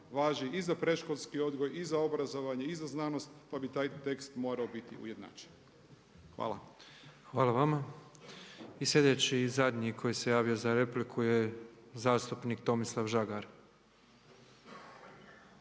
i za predškolski odgoj, i za obrazovanje, i za znanost pa bi taj tekst morao biti ujednačen. Hvala. **Petrov, Božo (MOST)** Hvala vama. I slijedeći zadnji koji se javio za repliku je zastupnik Tomislav Žagar.